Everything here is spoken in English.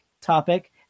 topic